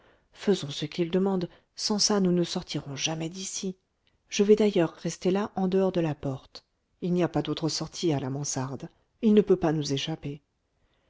faisons ce qu'il demande sans ça nous ne sortirons jamais d'ici je vais d'ailleurs rester là en dehors de la porte il n'y a pas d'autre sortie à la mansarde il ne peut pas nous échapper